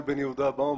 בן יהודה באום,